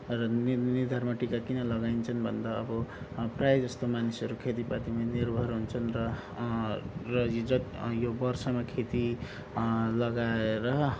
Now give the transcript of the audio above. नि निधारमा टिका किन लगाइन्छन् भन्दा अब प्रायःजस्तो मान्छेहरू खेतीपातीमा निर्भर हुन्छन् र र हिजो त यो वर्षमा खेती लगाएर